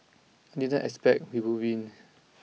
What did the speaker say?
I didn't expect we would win